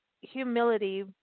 Humility